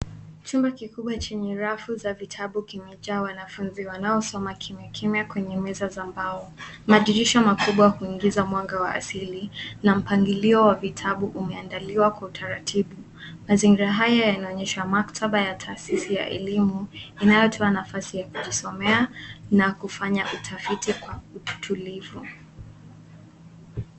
Chumba kikubwa chenye rafu za vitabu kimejaa wanafunzi wanaosoma kimyakimya kwenye meza za mbao, huku madirisha makubwa yakiingiza mwanga wa asili. Mpangilio wa vitabu umeandaliwa kwa utaratibu mzuri. Mazingira haya yanaonyesha maktaba ya taasisi ya elimu, yakiwa na nafasi ya kufundia na kufanya utafiti kwa utulivu.